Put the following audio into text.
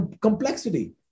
complexity